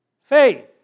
faith